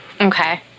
Okay